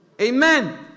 Amen